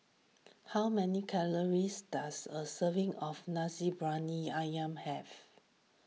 how many calories does a serving of Nasi Briyani Ayam have